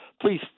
Please